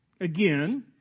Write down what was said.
Again